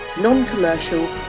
non-commercial